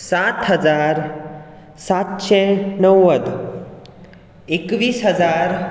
सात हजार सातशें णव्वद एकवीस हजार